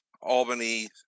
Albany